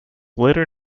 later